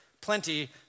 plenty